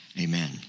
amen